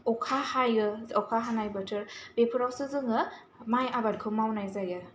अखा हायो अखा हानाय बोथोर बेफोरावसो जोङो माइ आबादखौ मावनाय जायो